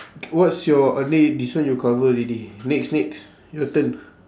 what's your this one you cover already next next your turn